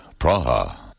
Praha